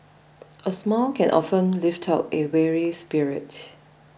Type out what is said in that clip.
a smile can often lift up a weary spirit